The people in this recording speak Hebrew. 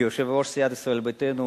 כיושב-ראש סיעת ישראל ביתנו,